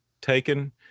taken